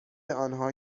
آنها